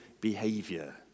behavior